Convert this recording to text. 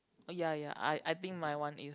ya ya I I think my one is